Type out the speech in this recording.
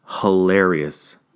hilarious